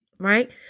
right